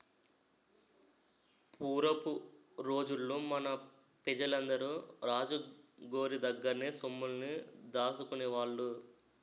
పూరపు రోజుల్లో మన పెజలందరూ రాజు గోరి దగ్గర్నే సొమ్ముల్ని దాసుకునేవాళ్ళు